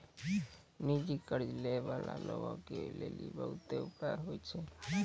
निजी कर्ज लै बाला लोगो के लेली बहुते उपाय होय छै